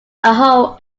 hole